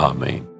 Amen